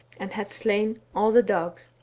and. had slain all the dogs.